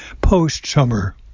post-summer